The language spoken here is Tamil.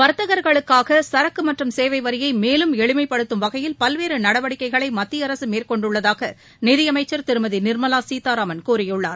வாத்தகாகளுக்காக சரக்கு மற்றும் சேவை வரியை மேலும் எளிமைப்படுத்தும் வகையில் பல்வேறு நடவடிக்கைகளை மத்திய அரசு மேற்கொண்டுள்ளதாக நிதியமைச்ச் திருமதி நிாமலா கீதாராமன் கூறியிருக்கிறார்